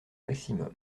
maximum